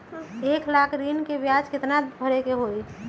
एक लाख ऋन के ब्याज केतना भरे के होई?